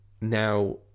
now